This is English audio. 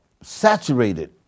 saturated